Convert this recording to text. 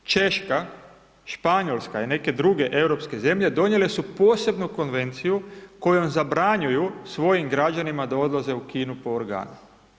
Italija, Češka, Španjolska i neke druge europske zemlje, donijele su posebnu konvenciju kojom zabranjuju svojim građanima da odlaze u Kinu po organe.